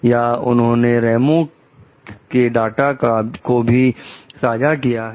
या उन्होंने रेमो के डाटा को भी साझा कर लिया है